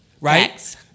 right